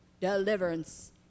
deliverance